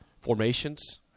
Formations